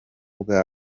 bwa